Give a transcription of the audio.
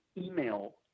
email